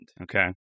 Okay